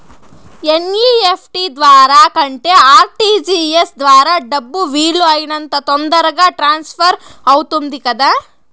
NEFT ద్వారా కంటే RTGS ద్వారా డబ్బు వీలు అయినంత తొందరగా ట్రాన్స్ఫర్ అవుతుంది కదా